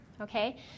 Okay